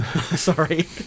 Sorry